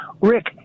Rick